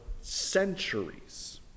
centuries